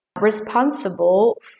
responsible